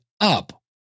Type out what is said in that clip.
up